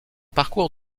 parcours